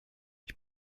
ich